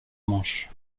manche